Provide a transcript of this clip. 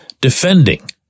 defending